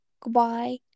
Goodbye